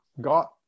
got